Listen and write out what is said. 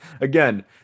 again